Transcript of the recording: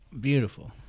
Beautiful